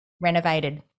renovated